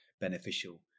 beneficial